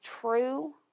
true